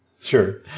Sure